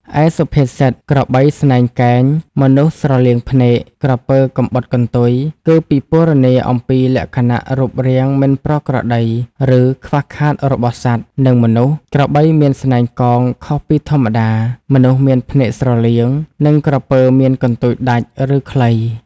ឯសុភាសិត ក្របីស្នែងកែង មនុស្សស្រលៀងភ្នែក ក្រពើកំបុតកន្ទុយ គឺពិពណ៌នាអំពីលក្ខណៈរូបរាងមិនប្រក្រតី ឬខ្វះខាតរបស់សត្វ និងមនុស្ស ក្របីមានស្នែងកោងខុសពីធម្មតា មនុស្សមានភ្នែកស្រលៀង និងក្រពើមានកន្ទុយដាច់ ឬខ្លី។